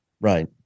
right